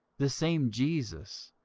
this same jesus,